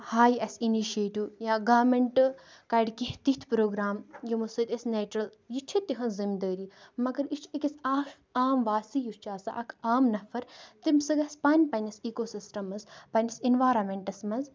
ہایہِ اَسہِ اِنِشیٹِو یا گارمٮ۪نٛٹ کَڑِ کیںٛہہ تِتھۍ پرٛوگرام یِمو سۭتۍ أسۍ نیچرَل یہِ چھِ تِہٕنٛز ذِمدٲری مگر یہِ چھِ أکِس آ عام واسی یُس چھِ آسان اَکھ عام نفر تٔمۍ سُہ گژھِ پانہٕ پنٛنِس اِکوسِسٹَمَس پنٛںِس اِنوارَمٮ۪نٛٹَس منٛز